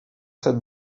cette